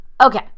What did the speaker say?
Okay